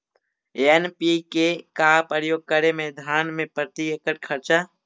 NPK का प्रयोग करे मे धान मे प्रती एकड़ खर्चा?